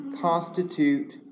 constitute